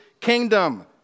kingdom